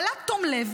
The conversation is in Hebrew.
בעלת תום לב,